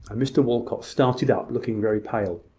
mr walcot started up, looking very pale.